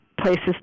places